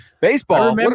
baseball